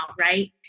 right